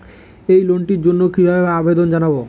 এই লোনটির জন্য কিভাবে আবেদন জানাবো?